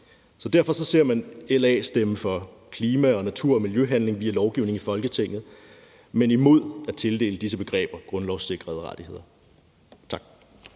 Derfor ser man LA stemme for klima-, natur- og miljøhandling via lovgivning i Folketinget, men imod at tildele disse begreber grundlovssikrede rettigheder. Tak.